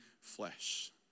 flesh